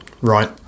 Right